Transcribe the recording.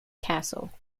castle